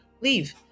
leave